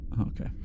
Okay